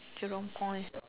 Jurong Point